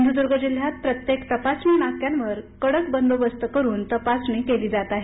सिंधुद्र्ग जिल्ह्यात प्रत्येक तपासणी नाक्यावर कडक बंदोबस्त करून तपासणी केली जात आहे